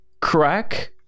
crack